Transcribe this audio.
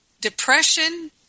depression